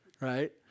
right